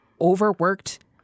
overworked